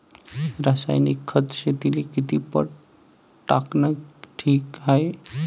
रासायनिक खत शेतीले किती पट टाकनं ठीक हाये?